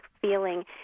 feeling